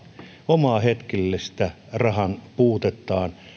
omaa hetkellistä rahanpuutettaan